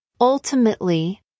Ultimately